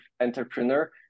entrepreneur